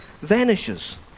vanishes